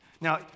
Now